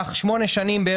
ייקח שמונה שנים.